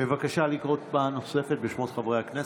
בבקשה לקרוא פעם נוספת בשמות חברי הכנסת.